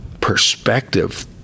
perspective